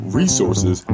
resources